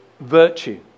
virtue